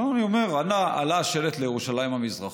לא, אני אומר, עלה השלט לירושלים המזרחית.